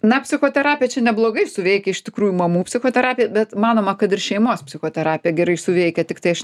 na psichoterapija čia neblogai suveikia iš tikrųjų mamų psichoterapija bet manoma kad ir šeimos psichoterapija gerai suveikia tiktai aš